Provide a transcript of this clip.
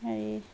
হেৰি